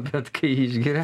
bet kai išgeria